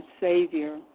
Savior